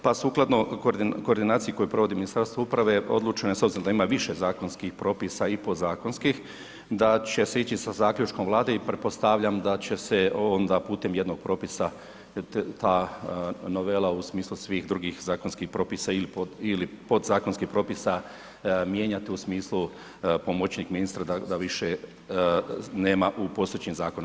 Pa sukladno koordinaciji koju provodi Ministarstvo uprave, odlučeno je, s obzirom da ima više zakonskih propisa i podzakonskih, da će se ići za Zaključkom Vlade i pretpostavljam da će se onda putem jednog propisa ta novela u smislu svih drugih zakonskih propisa ili podzakonskih propisa mijenjati u smislu pomoćnik ministra da više nema u postojećem zakonu.